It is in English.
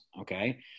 Okay